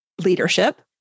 leadership